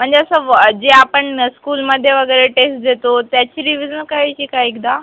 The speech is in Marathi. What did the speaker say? म्हणजे असं जे आपण स्कूलमध्ये वगैरे टेस्ट देतो त्याची रिवीजन करायची का एकदा